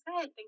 good